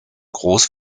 groß